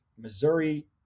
Missouri